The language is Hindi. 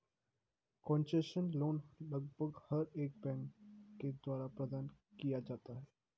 कोन्सेसनल लोन लगभग हर एक बैंक के द्वारा प्रदान किया जाता है